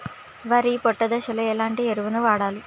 వరి పొట్ట దశలో ఎలాంటి ఎరువును వాడాలి?